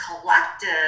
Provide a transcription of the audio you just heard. collective